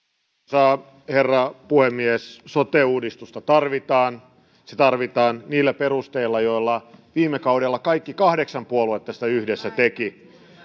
arvoisa herra puhemies sote uudistusta tarvitaan se tarvitaan niillä perusteilla joilla viime kaudella kaikki kahdeksan puoluetta sitä yhdessä tekivät